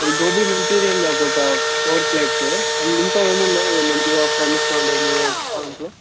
అది గోబీ మంచూరియన్ నాకు ఒక ఫోర్ ప్లేట్స్ అండ్ ఇంకా ఏమున్నాయి మంచిగా ఫేమస్గా ఉండేవి మీ రెస్టారెంట్లో